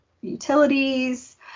utilities